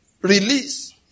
release